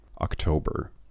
October